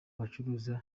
bacuruza